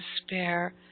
despair